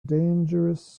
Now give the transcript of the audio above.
dangerous